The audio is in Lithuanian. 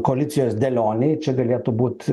koalicijos dėlionėj čia galėtų būt